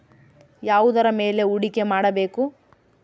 ಯಾವುದರ ಮೇಲೆ ಹೂಡಿಕೆ ಮಾಡಬೇಕು?